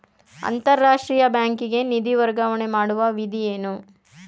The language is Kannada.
ಅಂತಾರಾಷ್ಟ್ರೀಯ ಬ್ಯಾಂಕಿಗೆ ನಿಧಿ ವರ್ಗಾವಣೆ ಮಾಡುವ ವಿಧಿ ಏನು?